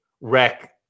wreck